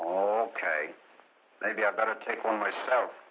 oh ok maybe i better take one myself